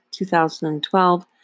2012